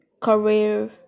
career